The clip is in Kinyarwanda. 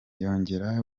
nyongera